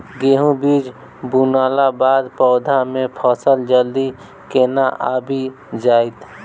गेंहूँ बीज बुनला बाद पौधा मे फसल जल्दी केना आबि जाइत?